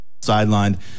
sidelined